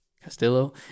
castillo